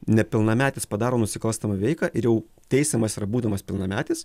nepilnametis padaro nusikalstamą veiką ir jau teisiamas yra būdamas pilnametis